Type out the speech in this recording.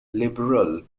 liberal